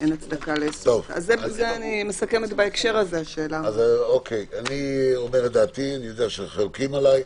אני אומר את דעתי, אני יודע שחלוקים עלי.